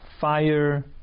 fire